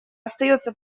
остается